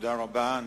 תודה רבה.